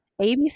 ABC